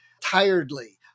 tiredly